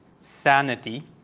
sanity